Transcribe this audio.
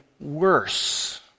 worse